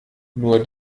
nur